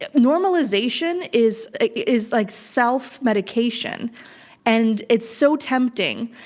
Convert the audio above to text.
ah normalization is is like self-medication and it's so tempting.